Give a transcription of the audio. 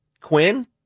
Quinn